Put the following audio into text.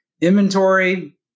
Inventory